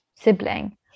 sibling